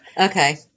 Okay